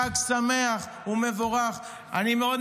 איזה חותם תשאיר?